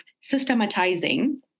systematizing